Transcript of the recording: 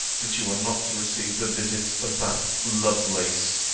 that you are not to receive the visits of that lovelace.